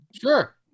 sure